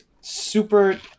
super